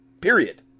period